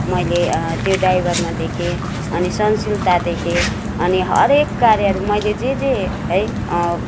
मैले त्यो ड्राइभरमा देखेँ अनि सहनशीलता देखेँ अनि हरेक कार्यहरू मैले जे जे है